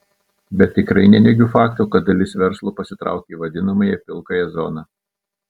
bet tikrai neneigiu fakto kad dalis verslo pasitraukė į vadinamąją pilkąją zoną